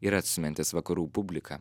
ir atstumiantis vakarų publiką